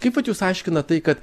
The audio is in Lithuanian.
kaip vat jūs aiškinat tai kad